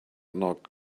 knocked